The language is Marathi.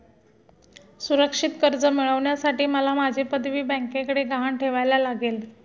सुरक्षित कर्ज मिळवण्यासाठी मला माझी पदवी बँकेकडे गहाण ठेवायला लागेल